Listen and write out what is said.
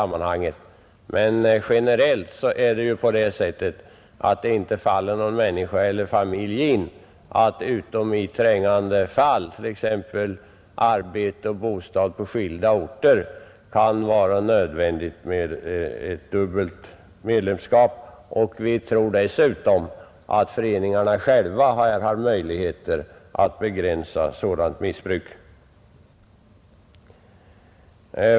Men rent generellt faller det ju ingen in att utom i trängande fall — t.ex. när någon har arbete och bostad på skilda orter — ha dubbelt medlemskap. Vi tror dessutom att föreningarna själva har möjlighet att begränsa sådant missbruk.